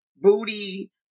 booty